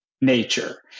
nature